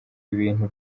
ibintu